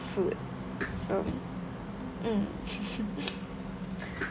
food so mm